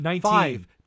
five